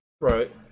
Right